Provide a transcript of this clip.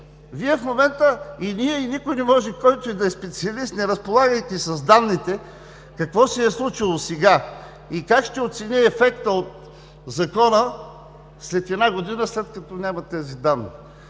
Вие в момента, и ние, и който и да е специалист, не разполагайки с данните, какво се е случило сега и как ще оцени ефекта от Закона след една година, след като няма тези данни